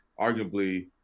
arguably